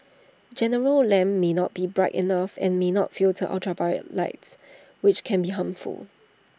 general lamps may not be bright enough and may not filter ultraviolet lights which can be harmful